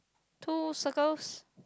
two circles